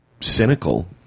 cynical